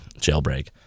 Jailbreak